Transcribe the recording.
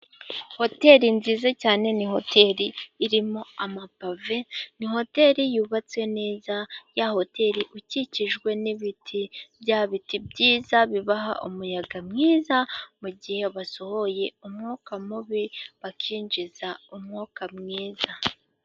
Hoteli nziza cyane, ni hoteri irimo amapave. Ni hoteli yubatse neza. Ya hoteli ikikijwe n'ibiti bya biti byiza bibaha umuyaga mwiza, mu gihe basohoye umwuka mubi bakinjiza umwuka mwiza.